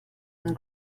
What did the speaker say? and